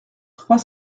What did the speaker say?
trois